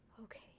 Okay